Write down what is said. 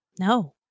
no